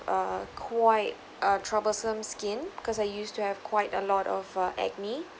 a quite uh troublesome skin because I used to have quite a lot of uh acne